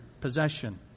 possession